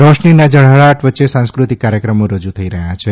રોશનીના ઝળઝળાટ વચ્ચે સાંસ્કૃતિક કાર્યક્રમો રજૂ થઇ રહ્યા છે